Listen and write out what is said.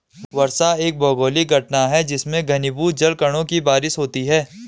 वर्षा एक भौगोलिक घटना है जिसमें घनीभूत जलकणों की बारिश होती है